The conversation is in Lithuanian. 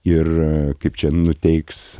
ir kaip čia nuteiks